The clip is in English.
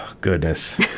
Goodness